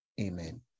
Amen